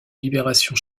libération